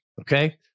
Okay